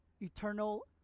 eternal